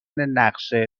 نقشه